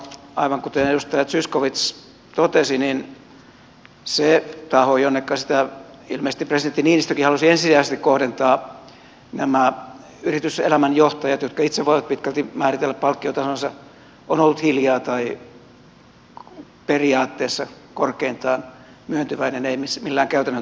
aivan kuten edustaja zyskowicz totesi niin se taho jonneka sitä ilmeisesti presidentti niinistökin halusi ensisijaisesti kohdentaa nämä yrityselämän johtajat jotka itse voivat pitkälti määritellä palkkiotasonsa ovat olleet hiljaa tai periaatteessa korkeintaan myöntyväisiä eivät millään käytännön toimilla